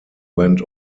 went